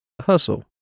Hustle